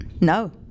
No